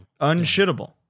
Unshittable